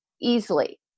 easily